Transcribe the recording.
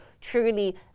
truly